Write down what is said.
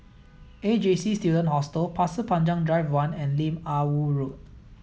A J C Student Hostel Pasir Panjang Drive one and Lim Ah Woo Road